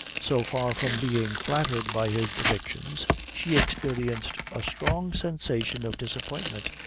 so far from being flattered by his predictions, she experienced a strong sensation of disappointment,